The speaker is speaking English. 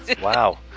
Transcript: Wow